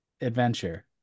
Adventure